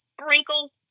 sprinkle